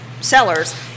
sellers